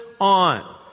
on